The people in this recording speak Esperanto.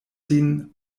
sin